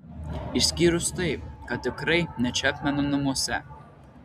išskyrus tai kad tikrai ne čepmeno namuose